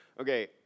Okay